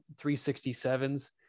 367s